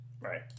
Right